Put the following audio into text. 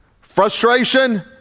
frustration